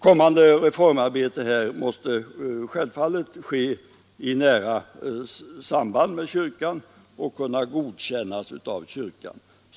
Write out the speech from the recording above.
Kommande reformarbete måste självfallet ske i nära samarbete med kyrkan och kunna godkännas av denna.